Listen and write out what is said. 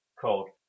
called